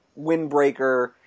windbreaker